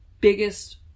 biggest